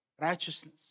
righteousness